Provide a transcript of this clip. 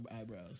eyebrows